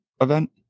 event